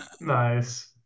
Nice